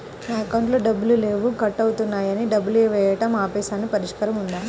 నా అకౌంట్లో డబ్బులు లేవు కట్ అవుతున్నాయని డబ్బులు వేయటం ఆపేసాము పరిష్కారం ఉందా?